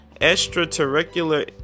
extraterrestrial